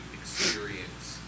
experience